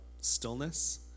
stillness